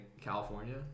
California